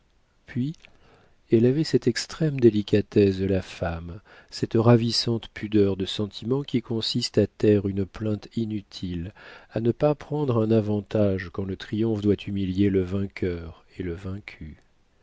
puis elle avait cette extrême délicatesse de la femme cette ravissante pudeur de sentiment qui consiste à taire une plainte inutile à ne pas prendre un avantage quand le triomphe doit humilier le vainqueur et le vaincu